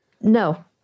No